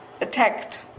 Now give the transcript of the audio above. attacked